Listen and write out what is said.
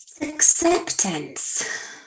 Acceptance